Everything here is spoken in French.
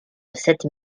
sept